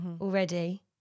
already